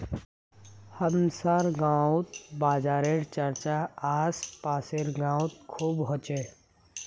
हमसार गांउत बाजारेर चर्चा आस पासेर गाउत खूब ह छेक